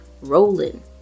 rolling